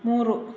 ಮೂರು